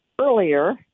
earlier